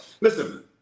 Listen